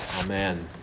Amen